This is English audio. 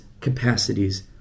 capacities